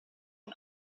and